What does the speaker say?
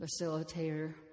Facilitator